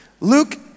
Luke